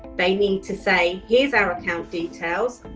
they need to say here's our account details,